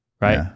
Right